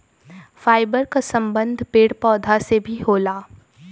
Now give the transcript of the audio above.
fibre क संबंध पेड़ पौधा से भी होला